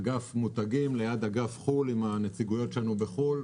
זה אגף מותגים ליד אגף חו"ל עם הנציגויות שלנו בחו"ל.